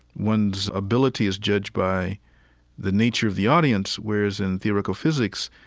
one's ability is judged by the nature of the audience, whereas in theoretical physics,